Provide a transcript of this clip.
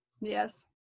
Yes